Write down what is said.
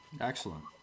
Excellent